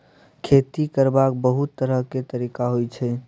खेती करबाक बहुत तरह केर तरिका होइ छै